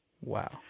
Wow